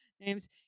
names